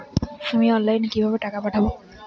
আমি অনলাইনে কিভাবে টাকা পাঠাব?